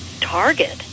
target